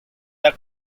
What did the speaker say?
the